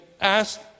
ask